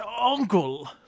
uncle